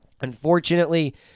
Unfortunately